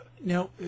Now